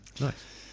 nice